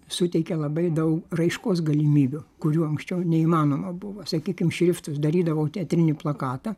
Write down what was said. suteikia labai daug raiškos galimybių kurių anksčiau neįmanoma buvo sakykim šriftus darydavau teatrinį plakatą